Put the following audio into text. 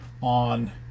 on